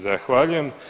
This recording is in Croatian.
Zahvaljujem.